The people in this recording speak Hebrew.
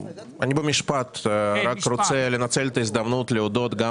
אני רוצה לנצל את ההזדמנות להודות גם